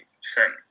sent